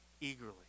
eagerly